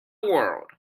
world